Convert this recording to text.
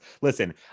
Listen